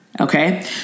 Okay